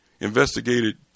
investigated